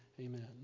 Amen